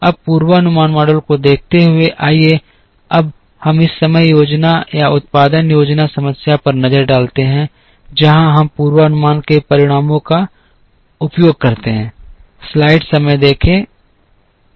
अब पूर्वानुमान मॉडल को देखते हुए आइए अब हम समग्र योजना या उत्पादन योजना समस्या पर नजर डालते हैं जहां हम पूर्वानुमान के परिणामों का उपयोग करते हैं